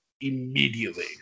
immediately